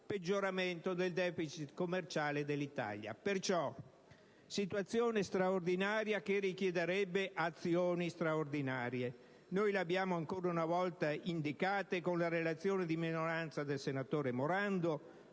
peggioramento del deficit commerciale dell'Italia. La situazione è perciò straordinaria e richiederebbe azioni straordinarie. Noi le abbiamo ancora una volta indicate, con la relazione di minoranza del senatore Morando,